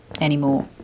anymore